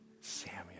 Samuel